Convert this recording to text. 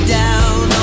down